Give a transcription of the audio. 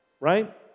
right